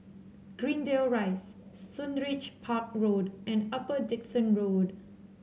Greendale Rise Sundridge Park Road and Upper Dickson Road